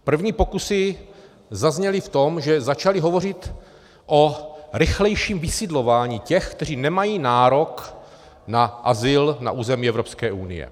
První pokusy zazněly v tom, že začaly hovořit o rychlejším vysidlování těch, kteří nemají nárok na azyl na území Evropské unie.